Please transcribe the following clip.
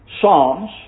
Psalms